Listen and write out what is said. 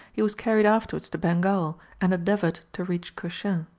he was carried afterwards to bengal, and endeavoured to reach cochin.